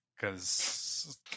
Cause